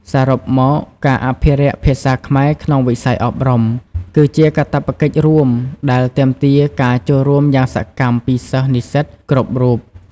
សរុបមក ការអភិរក្សភាសាខ្មែរក្នុងវិស័យអប់រំ គឺជាកាតព្វកិច្ចរួមដែលទាមទារការចូលរួមយ៉ាងសកម្មពីសិស្សនិស្សិតគ្រប់រូប។